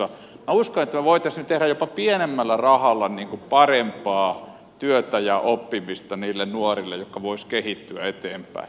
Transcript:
minä uskon että me voisimme nyt tehdä jopa pienemmällä rahalla parempaa työtä ja oppimista niille nuorille jotka voisivat kehittyä eteenpäin